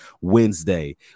wednesday